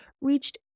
reached